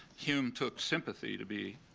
hume took sympathy to be,